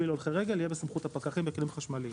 הולכי רגל יהיה בסמכות הפקחים בכלים חשמליים.